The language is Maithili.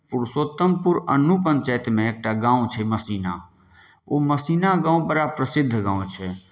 पुरुषोतमपुर अन्नू पञ्चायतमे एकटा गाँव छै मसीना ओ मसीना गाँव बड़ा प्रसिद्ध गाँव छै